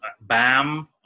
Bam